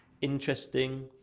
interesting